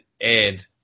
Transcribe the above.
ed